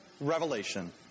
Revelation